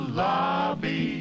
lobby